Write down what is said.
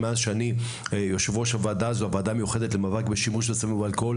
מאז שאני יושב ראש הוועדה המיוחדת למאבק בשימוש בסמים ובאלכוהול